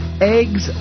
eggs